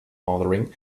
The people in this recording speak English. ordering